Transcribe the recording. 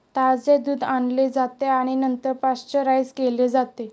ताजे दूध आणले जाते आणि नंतर पाश्चराइज केले जाते